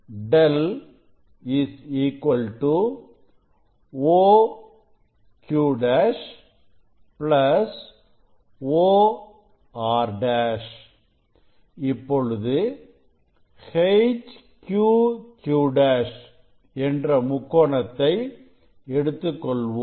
Δ OQ' OR' இப்பொழுது HQQ'என்ற முக்கோணத்தை எடுத்துக்கொள்வோம்